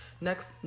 Next